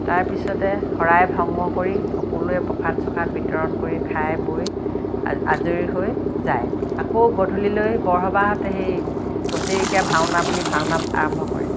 তাৰ পিছতে শৰাই ভংগ কৰি সকলোৱে প্ৰসাদ চসাদ বিতৰণ কৰি খাই বৈ আ আজৰি হৈ যায় আকৌ গধূলিলৈ বৰসবাহত সেই বছৰেকীয়া ভাওনা বুলি ভাওনা আৰম্ভ কৰে